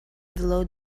below